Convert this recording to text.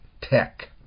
Tech